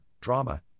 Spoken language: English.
drama